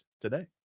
today